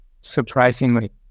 surprisingly